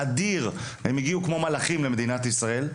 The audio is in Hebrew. הם הגיעו כמו מלאכים למדינת ישראל.